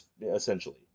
essentially